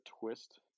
twist